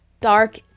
dark